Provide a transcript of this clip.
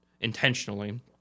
intentionally